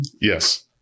Yes